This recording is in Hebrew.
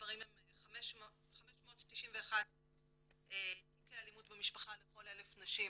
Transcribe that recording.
המספרים הם 591 תיקי אלימות במשפחה לכל 100,000 נשים